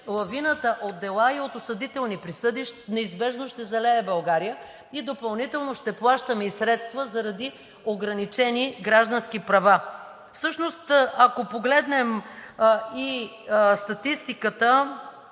лавината от дела и от осъдителни присъди неизбежно ще залее България и допълнително ще плащаме средства заради ограничени граждански права. Ако погледнем статистиката